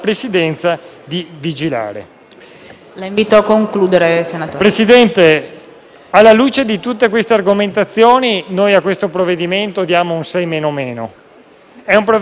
Presidente, alla luce di tutte queste argomentazioni, a questo provvedimento diamo un sei meno meno. È un provvedimento che abbiamo voluto